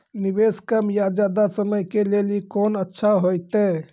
निवेश कम या ज्यादा समय के लेली कोंन अच्छा होइतै?